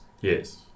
Yes